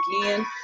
again